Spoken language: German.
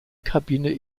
kabine